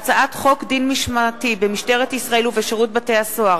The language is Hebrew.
הצעת חוק דין משמעתי במשטרת ישראל ובשירות בתי-הסוהר